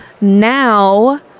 now